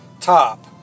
top